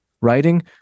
writing